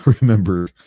remember